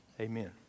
amen